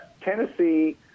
Tennessee